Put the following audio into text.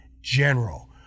general